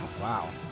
Wow